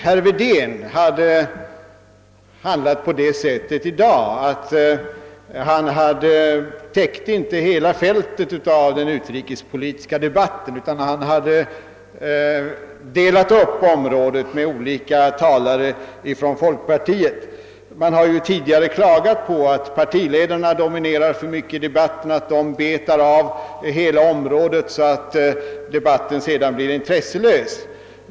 Herr Wedén täckte i dag inte hela fältet av den utrikespolitiska debatten. Han hade i förväg delat upp området på olika talare från folkpartiet. Det har ju tidigare klagats på att partiledarna dominerar debatterna och betar av hela området, så att överläggningarna sedan blir intresselösa.